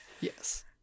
Yes